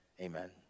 amen